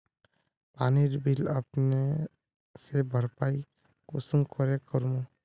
पानीर बिल अपने से भरपाई कुंसम करे करूम?